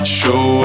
show